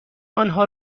آنها